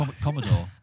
Commodore